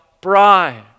bride